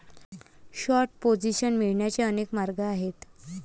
short position मिळवण्याचे अनेक मार्ग आहेत